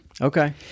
Okay